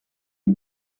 die